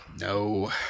no